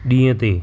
ॾींहं ते